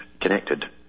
connected